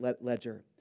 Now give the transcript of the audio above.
ledger